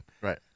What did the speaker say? Right